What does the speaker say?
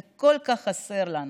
זה כל כך חסר לנו,